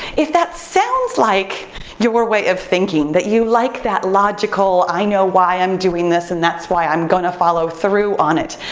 if that sounds like your way of thinking, that you like that logical, i know why i'm doing this and that's why i'm gonna follow through on it,